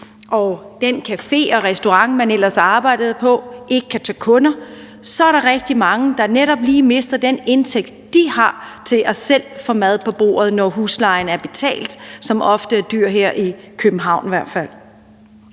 og den café eller restaurant, man ellers arbejdede på, ikke kan tage kunder, så er der rigtig mange, der mister lige netop den indtægt, de har til selv at få mad på bordet, når huslejen er betalt – som ofte er dyr, i hvert fald